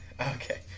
Okay